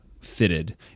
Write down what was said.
fitted